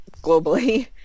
globally